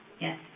Yes